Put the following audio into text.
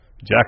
Jack